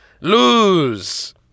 Lose